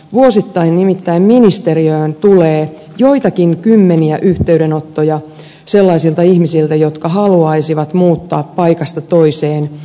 vuosittain nimittäin ministeriöön tulee joitakin kymmeniä yhteydenottoja sellaisilta ihmisiltä jotka haluaisivat muuttaa paikasta toiseen